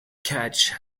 catch